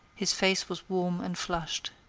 his face was warm and flushed.